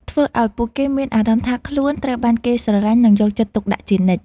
ធ្វើឱ្យពួកគេមានអារម្មណ៍ថាខ្លួនត្រូវបានគេស្រឡាញ់ និងយកចិត្តទុកដាក់ជានិច្ច។